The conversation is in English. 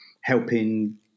helping